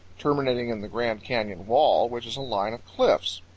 terminating in the grand canyon wall, which is a line of cliffs.